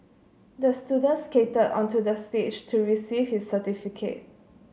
the student skated onto the stage to receive his certificate